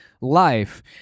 life